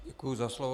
Děkuji za slovo.